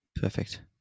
Perfect